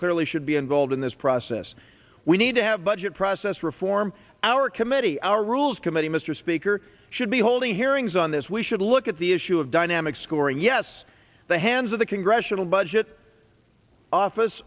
clearly should be involved in this process we need to have budget process reform our committee our rules committee mr speaker should be holding hearings on this we should look at the issue of dynamic scoring yes the hands of the congressional budget office